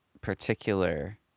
particular